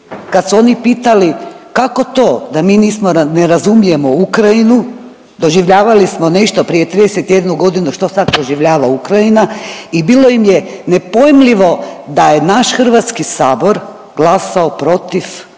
kad su oni pitali kako to da mi ne razumijemo Ukrajinu, doživljavali smo nešto prije 31 godinu što sad proživljava Ukrajina i bilo im je nepojmljivo da je naš Hrvatski sabor glasao protiv odluke